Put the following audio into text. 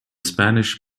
spanish